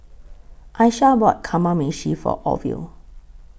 Aisha bought Kamameshi For Orvil